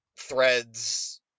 threads